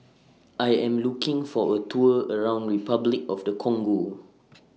I Am looking For A Tour around Repuclic of The Congo